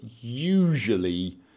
usually